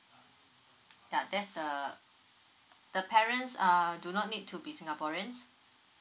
ya that's the the parents err do not need to be singaporeans